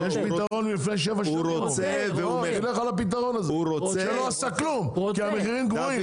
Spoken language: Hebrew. זה לא עשה כלום, כי המחירים גבוהים.